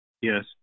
Yes